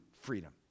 freedom